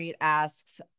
asks